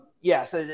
Yes